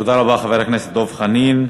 תודה רבה, חבר הכנסת דב חנין.